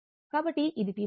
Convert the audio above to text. కాబట్టి ఇది T 2